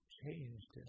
changed